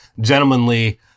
gentlemanly